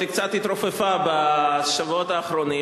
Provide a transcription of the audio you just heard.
היא קצת התרופפה בשבועות האחרונים,